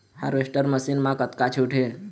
Harvester machine मा कतका छूट हे?